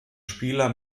spieler